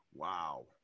Wow